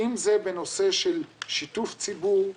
אם זה בנושא של שיתוף ציבור,